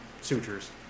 sutures